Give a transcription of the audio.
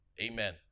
Amen